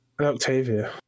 octavia